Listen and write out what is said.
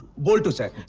boltu, sir.